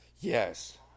Yes